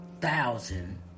thousand